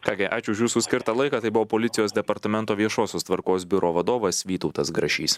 ką gi ačiū už jūsų skirtą laiką tai buvo policijos departamento viešosios tvarkos biuro vadovas vytautas grašys